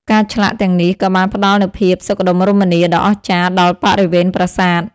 ការឆ្លាក់ទាំងនេះក៏បានផ្តល់នូវភាពសុខដុមរមនាដ៏អស្ចារ្យដល់បរិវេណប្រាសាទ។